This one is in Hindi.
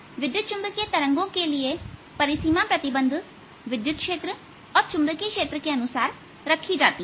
विद्युत चुंबकीय तरंगों के लिए परिसीमा प्रतिबंध विद्युत क्षेत्र और चुंबकीय क्षेत्र के अनुसार रखी जाती है